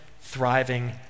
thriving